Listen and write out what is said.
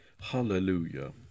Hallelujah